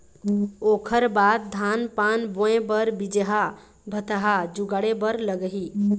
ओखर बाद धान पान बोंय बर बीजहा भतहा जुगाड़े बर लगही